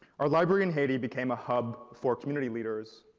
our library in haiti became a hub for community leaders,